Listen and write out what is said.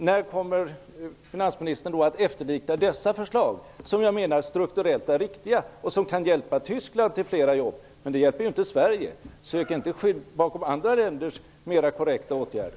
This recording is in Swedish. När kommer finansministern att efterlikna dessa förslag, som jag menar är strukturellt riktiga? De kan hjälpa Tyskland till flera jobb, men det hjälper ju inte Sverige! Sök inte skydd bakom andra länders mera korrekta åtgärder!